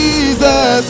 Jesus